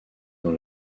dans